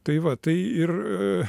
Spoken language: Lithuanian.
tai va tai ir